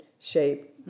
shape